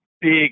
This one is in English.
big